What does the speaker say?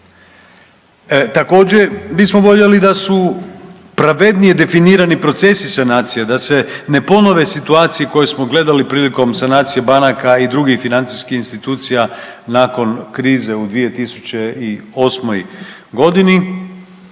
Također bismo voljeli da su pravednije definirani procesi sanacije, da se ne ponove situacije koje smo gledali prilikom sanacije banaka i drugih financijskih institucija nakon krize u 2008.g.